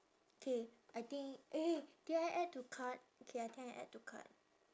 K I think eh eh did I add to cart okay I think I add to cart